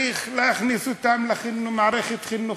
צריך להכניס אותם למערכת חינוכית,